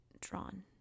drawn